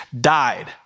died